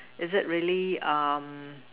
is it really um